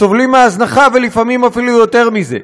סובלים מהזנחה ולפעמים אפילו יותר מזה.